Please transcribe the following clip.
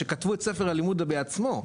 שכתבו את ספר הלימוד בעצמו.